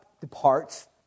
departs